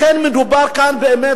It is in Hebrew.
לכן מדובר כאן באמת,